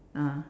ah